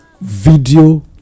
video